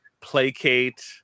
placate